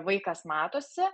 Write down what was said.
vaikas matosi